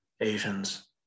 Asians